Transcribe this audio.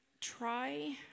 try